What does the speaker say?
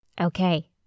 Okay